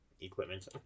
equipment